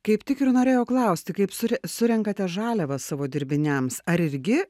kaip tik ir norėjau klausti kaip sure surenkate žaliavą savo dirbiniams ar irgi